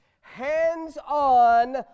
hands-on